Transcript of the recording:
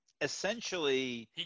essentially